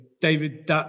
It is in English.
David